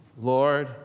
Lord